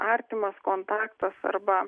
artimas kontaktas arba